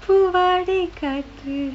பூவாடை காற்று:poovaadai kaatru